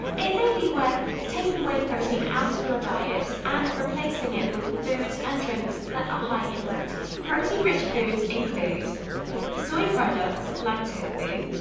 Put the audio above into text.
it may be worth taking whey protein out of your diet and replacing it with foods and drinks that ah high in protein. protein rich foods include soy products like tofu,